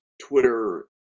Twitter